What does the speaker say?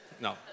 No